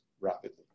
rapidly